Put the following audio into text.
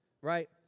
right